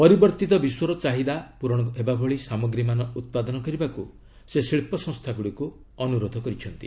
ପରିବର୍ତ୍ତିତ ବିଶ୍ୱର ଚାହିଦା ପୂରଣ ହେବାଭଳି ସାମଗ୍ରୀମାନ ଉତ୍ପାଦନ କରିବାକୁ ସେ ଶିଳ୍ପସଂସ୍ଥାଗୁଡ଼ିକୁ ଅନୁରୋଧ କରିଛନ୍ତି